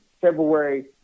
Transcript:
February